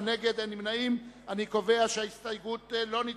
אלה הם פני